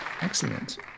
excellent